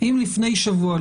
אם לפני שבוע,